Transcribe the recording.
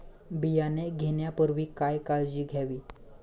बियाणे घेण्यापूर्वी काय काळजी घ्यावी?